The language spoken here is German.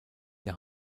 der